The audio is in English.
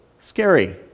scary